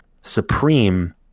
Supreme